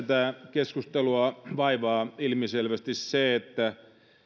keskustelua vaivaa ilmiselvästi se että